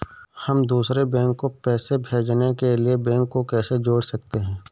हम दूसरे बैंक को पैसे भेजने के लिए बैंक को कैसे जोड़ सकते हैं?